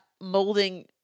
molding